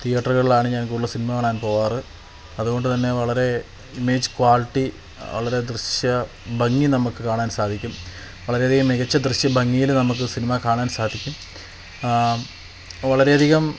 തിയേറ്ററുകളിലാണ് ഞാന് കൂടുതലും സിനിമ കാണാന് പോവാറ് അതുകൊണ്ടുതന്നെ വളരെ ഇമേജ് ക്വാളിറ്റി വളരെ ദൃശ്യ ഭംഗി നമുക്ക് കാണാന് സാധിക്കും വളരെയധികം മികച്ച ദൃശ്യം ഭംഗിയില് നമുക്ക് സിനിമ കാണാന് സാധിക്കും വളരെയധികം